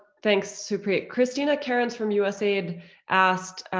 thanks, supreet. christina karen's from usaid asked,